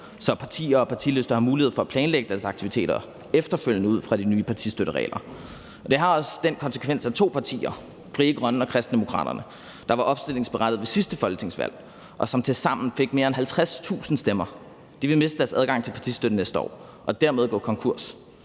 så partier og partilister har mulighed for at planlægge deres aktiviteter efterfølgende ud fra de nye partistøtteregler. Det har også den konsekvens, at to partier, Frie Grønne og Kristendemokraterne, der var opstillingsberettigede ved sidste folketingsvalg, og som tilsammen fik mere end 50.000 stemmer, vil miste deres adgang til partistøtte næste år og dermed gå konkurs